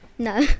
No